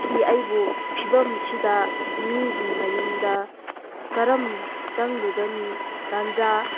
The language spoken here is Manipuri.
ꯈꯤ ꯑꯩꯕꯣ ꯐꯤꯚꯝꯁꯤꯗ ꯃꯤꯒꯤ ꯃꯌꯨꯝꯗ ꯃꯔꯝ ꯆꯪꯂꯨꯒꯅꯤ ꯇꯟꯖꯥ